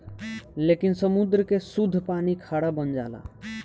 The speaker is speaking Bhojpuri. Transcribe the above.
लेकिन समुंद्र के सुद्ध पानी खारा बन जाला